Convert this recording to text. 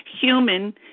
human